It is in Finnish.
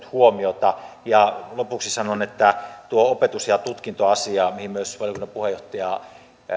huomiota lopuksi sanon että tuo opetus ja tutkintoasia mihin myös valiokunnan puheenjohtaja